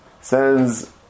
sends